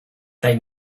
they